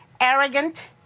arrogant